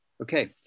Okay